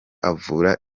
avura